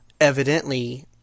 Evidently